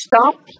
stop